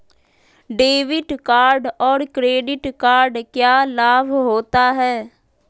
Debit card और credit card क्या लाभ होता है?